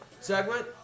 segment